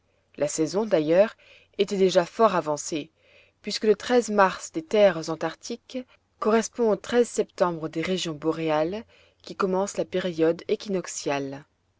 la saison d'ailleurs était déjà fort avancée puisque le mars des terres antarctiques correspond au septembre des régions boréales qui commence la période